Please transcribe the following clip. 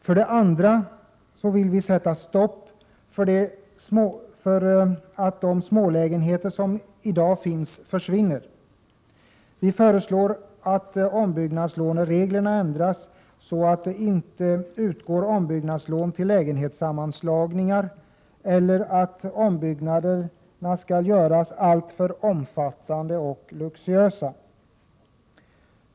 För det andra vill vi sätta stopp för att de smålägenheter som finns i dag försvinner. Vi föreslår att ombyggnadslånereglerna ändras, så att det inte utgår ombyggnadslån till lägenhetssammanslagningar eller att ombyggnaderna skall göras alltför omfattande och luxuösa.